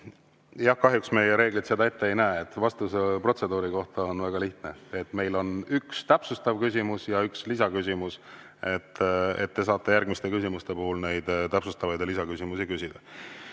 Kahjuks meie reeglid seda ette ei näe. Vastus protseduuri kohta on väga lihtne, et meil on üks täpsustav küsimus ja üks lisaküsimus. Te saate järgmiste küsimuste puhul neid täpsustavaid ja lisaküsimusi küsida.